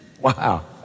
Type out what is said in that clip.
Wow